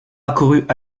accourut